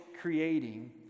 creating